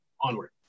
onward